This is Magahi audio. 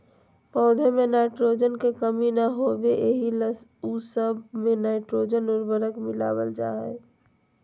पौध में नाइट्रोजन के कमी न होबे एहि ला उ सब मे नाइट्रोजन उर्वरक मिलावल जा हइ